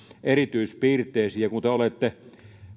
erityispiirteisiin ja kun te olette